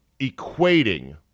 equating